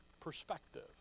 perspective